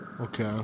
Okay